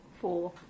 Four